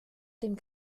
dem